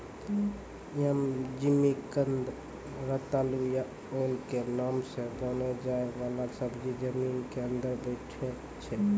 यम, जिमिकंद, रतालू या ओल के नाम सॅ जाने जाय वाला सब्जी जमीन के अंदर बैठै छै